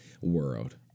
world